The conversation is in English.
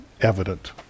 evident